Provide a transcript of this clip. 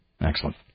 Excellent